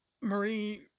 Marie